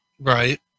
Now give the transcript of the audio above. Right